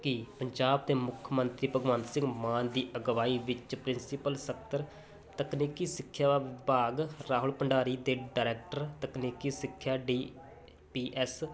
ਕਿ ਪੰਜਾਬ ਦੇ ਮੁੱਖ ਮੰਤਰੀ ਭਗਵੰਤ ਸਿੰਘ ਮਾਨ ਦੀ ਅਗਵਾਈ ਵਿੱਚ ਪ੍ਰਿੰਸੀਪਲ ਸਤਰ ਤਕਨੀਕੀ ਸਿੱਖਿਆ ਵਿਭਾਗ ਰਾਹੁਲ ਭੰਡਾਰੀ ਤੇ ਡਾਇਰੈਕਟਰ ਤਕਨੀਕੀ ਸਿੱਖਿਆ ਡੀ ਪੀ ਐਸ